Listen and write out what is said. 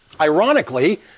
Ironically